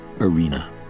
arena